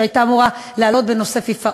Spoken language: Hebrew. שהייתה אמורה לעלות בנושא פיפ"א.